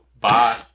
Bye